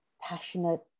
passionate